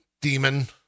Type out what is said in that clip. demon